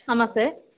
ஆமாம் சார்